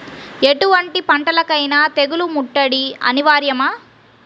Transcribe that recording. ఎటువంటి పంటలకైన తెగులు ముట్టడి అనివార్యమా?